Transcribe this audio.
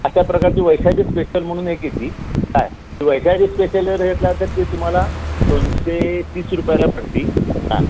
अशा प्रकारची वैषाली स्पेशल म्हणून एक येते काय वैशाली स्पेशल घेतला तर ती तुम्हाला दोनशे तीस रुपयाला पडते हां